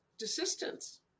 assistance